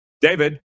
David